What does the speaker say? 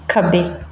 ਖੱਬੇ